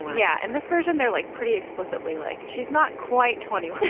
yeah. and this version, they're like pretty explicitly like she's not quite twenty.